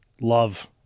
love